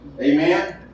Amen